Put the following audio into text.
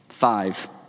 five